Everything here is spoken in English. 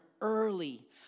early